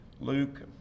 luke